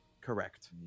Correct